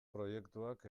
proiektuak